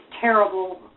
terrible